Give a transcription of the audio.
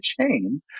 chain